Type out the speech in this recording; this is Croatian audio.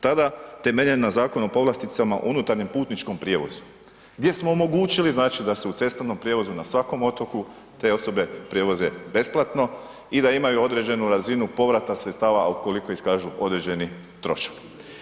Tada temeljen na Zakonu o povlasticama unutarnjem putničkom prijevozu gdje smo omogućili znači da se u cestovnom prijevozu na svakom osobu te osobe prevoze besplatno i da imaju određenu razinu povrata sredstava ukoliko iskažu određeni trošak.